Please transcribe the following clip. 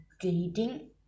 greeting